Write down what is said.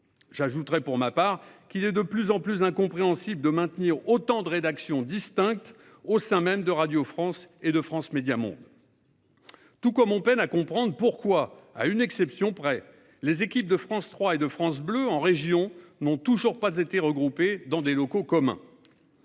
J'ajouterai, pour ma part, qu'il est de plus en plus incompréhensible de maintenir autant de rédactions distinctes au sein de Radio France et de France Médias Monde. De même, on peine à comprendre pourquoi, à une exception près, les équipes de France 3 et de France Bleu en région n'ont toujours pas été regroupées dans des locaux communs.